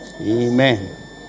Amen